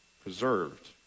preserved